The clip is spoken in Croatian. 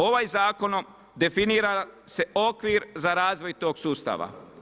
Ovaj zakonom definira se okvir za razvoj tog sustava.